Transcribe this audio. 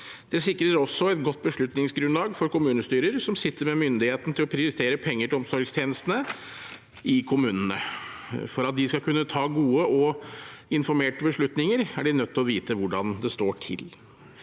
Det sikrer også et godt beslutningsgrunnlag for kommunestyrer, som sitter med myndigheten til å prioritere penger til omsorgstjenestene i kommunene. For at de skal kunne ta gode og informerte beslutninger, er de nødt til å vite hvordan det står til.